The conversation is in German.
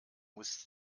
muss